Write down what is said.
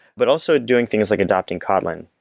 but also doing things like adopting kotlin,